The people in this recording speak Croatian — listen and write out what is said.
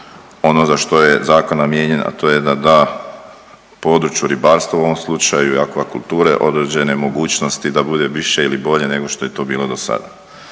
ono za što je zakon namijenjen, a to je da da području ribarstva, u ovom slučaju i akvakulture određene mogućnosti da bude više ili bolje nego što je to bilo dosada.